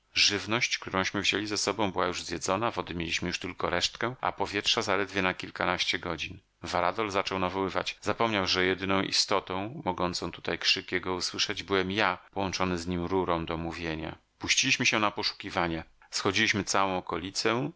żywność którąśmy wzięli ze sobą była już zjedzona wody mieliśmy już tylko resztkę a powietrza zaledwie na kilkanaście godzin varadol zaczął nawoływać zapomniał że jedyną istotą mogącą tutaj krzyk jego usłyszeć byłem ja połączony z nim rurą do mówienia puściliśmy się na poszukiwania schodziliśmy całą okolicę